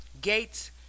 Gates